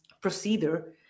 procedure